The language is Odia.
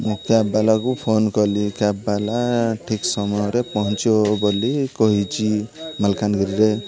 ମୁଁ କ୍ୟାବ୍ ବାଲାକୁ ଫୋନ କଲି କ୍ୟାବ୍ ବାଲା ଠିକ୍ ସମୟରେ ପହଞ୍ଚିବ ବୋଲି କହିଛି ମାଲକାନଗିରିରେ